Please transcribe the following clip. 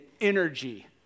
energy